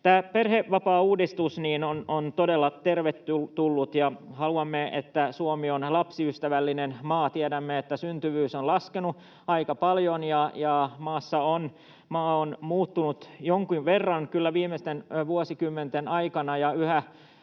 Tämä perhevapaauudistus on todella tervetullut, ja haluamme, että Suomi on lapsiystävällinen maa. Tiedämme, että syntyvyys on laskenut aika paljon. Maa on kyllä muuttunut jonkin verran viimeisten vuosikymmenten aikana, ja yhä